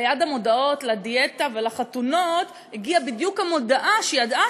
ליד המודעות לדיאטה ולחתונות והגיעה בדיוק המודעה שידעה